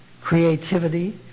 creativity